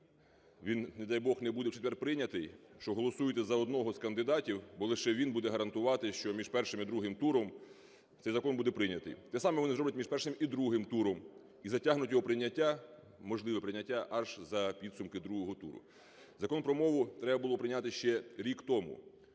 він, не дай Бог, не буде в четвер прийнятий, що голосуйте за одного з кандидатів, бо лише він буде гарантувати, що між першим і другим туром цей закон буде прийнятий. Те саме вони зроблять між першим і другим туром і затягнуть його прийняття, можливе прийняття, аж за підсумки другого туру. Закон про мову треба було прийняти ще рік тому.